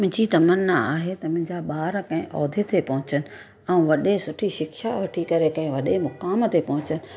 मुंहिंजी तमना आहे त मुंहिंजा ॿार कंहिं उहिदे ते पहुचनि ऐं वॾे सुठी शिक्षा वठी करे कंहिं वॾे मुक़ाम ते पहुचनि